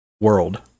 world